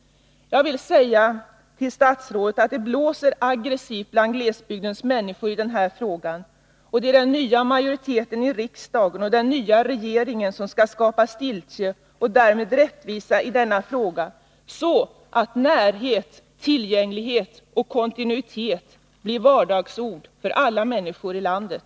Jag vill säga statsrådet att det blåser hårt och aggressivt bland glesbygdens människor när det gäller denna fråga, och det är den nya majoriteten i riksdagen och den nya regeringen som skall skapa stiltje och därmed rättvisa så att närhet, tillgänglighet och kontinuitet blir vardagsord för alla människor i landet.